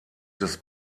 des